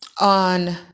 on